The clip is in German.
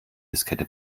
diskette